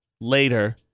Later